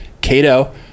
Cato